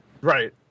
Right